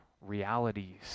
realities